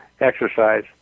exercise